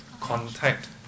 contact